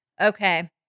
Okay